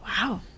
Wow